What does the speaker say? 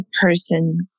person